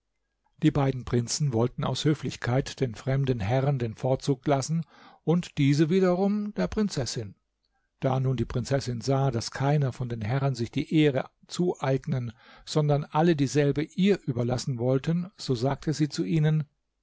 die beiden prinzen wollten aus höflichkeit den fremden herren den vorzug lassen und diese wiederum der prinzessin da nun die prinzessin sah daß keiner von den herren sich die ehre zueignen sondern alle dieselbe ihr überlassen wollten so sagte sie zu ihnen